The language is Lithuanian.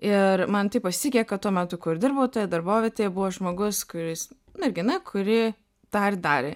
ir man taip pasisekė kad tuo metu kur dirbau toje darbovietėje buvo žmogus kuris mergina kuri tą ir darė